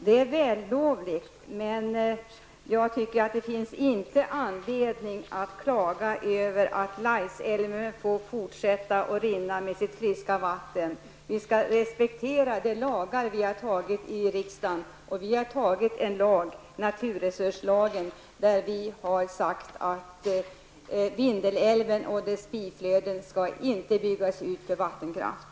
Det är vällovligt, men jag tycker inte att det finns anledning att klaga över att Laisälven får fortsätta att rinna med sitt friska vatten. Vi skall respektera de lagar som vi har stiftat i riksdagen. Vi har stiftat en lag, naturresurslagen, i vilken vi har sagt att Vindelälven och dess biflöden inte skall byggas ut för vattenkraft.